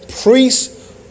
priests